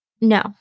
No